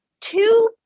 two